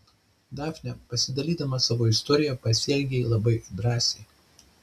dafne pasidalydama savo istorija pasielgei labai drąsiai